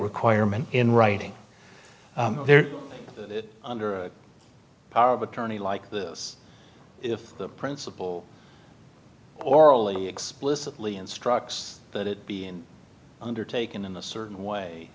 requirement in writing they're under a power of attorney like this if the principal orally explicitly instructs that it being undertaken in a certain